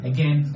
Again